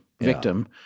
victim